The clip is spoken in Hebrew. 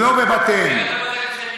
לא בבתיהם.